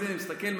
אני מסתכל,